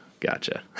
Gotcha